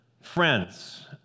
friends